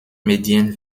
medien